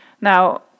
Now